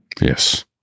Yes